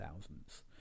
thousands